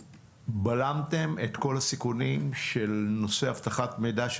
בלמתם את כל הסיכונים של נושא אבטחת מידע,